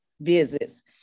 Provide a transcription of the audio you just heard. visits